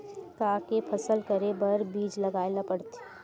का के फसल करे बर बीज लगाए ला पड़थे?